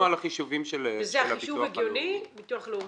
נכון, נסמכנו על החישובים של הביטוח הלאומי.